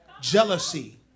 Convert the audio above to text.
jealousy